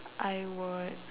I would